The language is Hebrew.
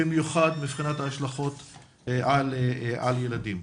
במיוחד מבחינת ההשלכות על ילדים.